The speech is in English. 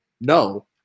No